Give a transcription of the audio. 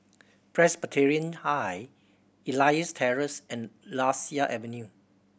Presbyterian High Elias Terrace and Lasia Avenue